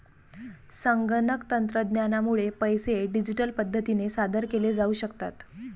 संगणक तंत्रज्ञानामुळे पैसे डिजिटल पद्धतीने सादर केले जाऊ शकतात